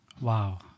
Wow